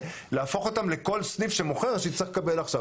להפוך אותם לכל סניף שמוכר שצריך לקבל עכשיו.